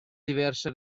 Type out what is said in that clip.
diverse